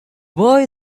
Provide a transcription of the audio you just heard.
boy